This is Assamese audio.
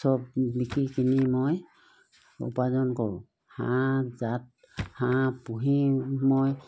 চব বিকি কিনি মই উপাৰ্জন কৰোঁ হাঁহ জাত হাঁহ পুহি মই